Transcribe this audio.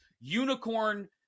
Unicorn